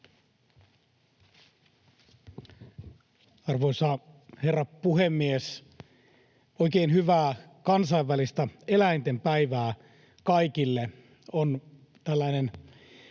Arvoisa herra puhemies! Oikein hyvää kansainvälistä eläinten päivää kaikille!